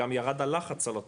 גם ירד הלחץ על התור,